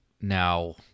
now